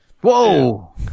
Whoa